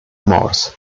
morse